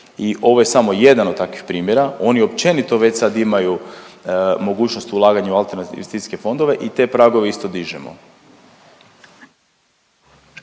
I ovo je samo jedan od takvih primjera. Oni općenito već sad imaju mogućnost ulaganja u alternativne investicijske fondove i te pragove isto dižemo.